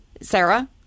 Sarah